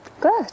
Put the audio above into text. Good